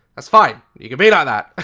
that's fine. you can be like that!